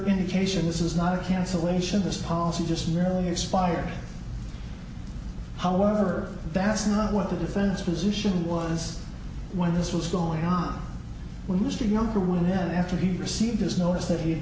indication this is not a cancellation this policy just merely expired however that's not what the defense position was when this was going on we just remember when then after he received his notice that he